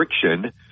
friction